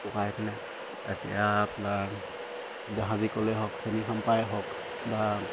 পকাই পিনে এতিয়া আপোনাৰ জাহাজী ক'লেই হওক চেনি চম্পাই হওক বা